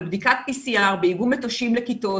על בדיקת PCR באיגום מטושים לכיתות